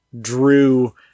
drew